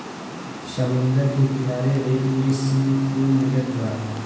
समुंदर के किनारे रेत में सीप खूब मिलत बा